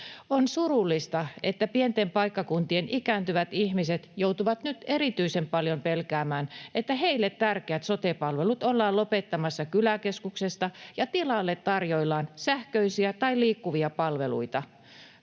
On surullista, että pienten paikkakuntien ikääntyvät ihmiset joutuvat nyt erityisen paljon pelkäämään, että heille tärkeät sote-palvelut ollaan lopettamassa kyläkeskuksesta ja tilalle tarjoillaan sähköisiä tai liikkuvia palveluita.